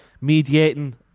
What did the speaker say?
mediating